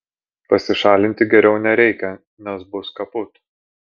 pasišalinti geriau nereikia nes bus kaput